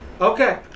Okay